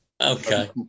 okay